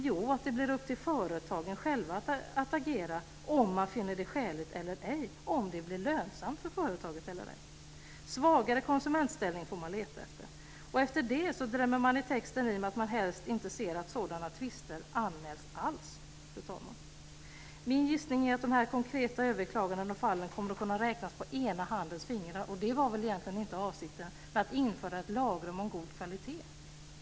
Jo, att det blir upp till företagen själva att agera om man finner det skäligt eller ej och om det blir lönsamt för företaget eller ej. Svagare konsumentställning får man leta efter. Efter det drämmer man i texten i med att man helst inte ser att sådana tvister anmäls alls. Min gissning är att de här konkreta överklagandena och fallen kommer att kunna räknas på ena handens fingrar, och det var väl egentligen inte avsikten med att införa ett lagrum om god kvalitet.